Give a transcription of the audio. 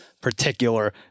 particular